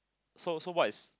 so so wise